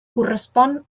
correspon